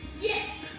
Yes